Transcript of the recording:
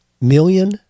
million